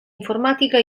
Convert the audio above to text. informàtica